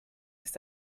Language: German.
ist